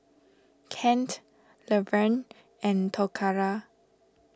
Kent Laverne and Toccara